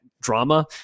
drama